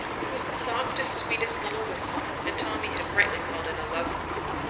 it was the softest, sweetest little whistle, and tommy had rightly called it a love call.